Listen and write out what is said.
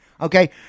Okay